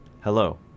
Hello